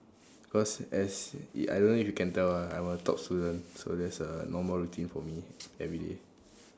cause as I don't know if you can tell ah I'm a top student so that's a normal routine for me everyday